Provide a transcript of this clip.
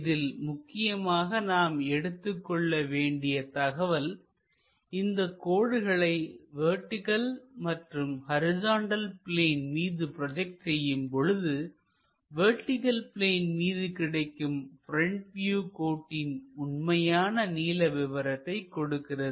இதில் முக்கியமாக நாம் எடுத்துக்கொள்ள வேண்டிய தகவல் இந்த கோடுகளை வெர்டிகள் மற்றும் ஹரிசாண்டல் பிளேன் மீது ப்ரோஜெக்ட் செய்யும்பொழுது வெர்டிகள் பிளேன் மீது கிடைக்கும் ப்ரெண்ட் வியூ கோட்டின் உண்மையான நீள விவரத்தை கொடுக்கிறது